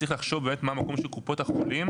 צריך לחשוב באמת מה מקום של קופות החולים,